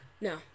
No